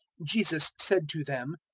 jesus said to them,